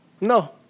no